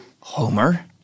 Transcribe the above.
Homer